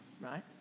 Right